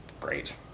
great